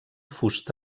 fust